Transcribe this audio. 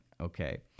okay